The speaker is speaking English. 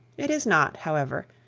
it is not, however,